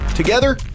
together